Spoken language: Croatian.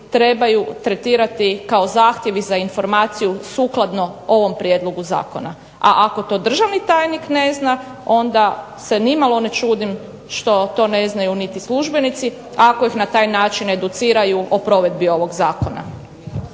trebaju tretirati kao zahtjevi za informaciju sukladno ovom prijedlogu zakona. A ako to državni tajnik ne zna, onda se nimalo ne čudim što to ne znaju niti službenici, ako ih na taj način educiraju o provedbi ovog zakona.